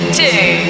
two